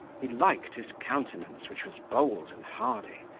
he liked his countenance, which was bold and hardy,